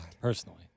Personally